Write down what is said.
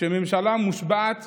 שממשלה מושבעת